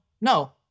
no